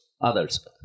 others